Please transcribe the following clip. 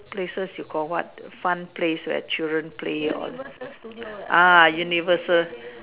places you got what fun place where children play or ah universal